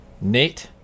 Nate